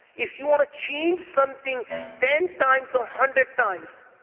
if you want to change something ten times one hundred times,